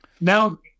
Now